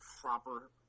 proper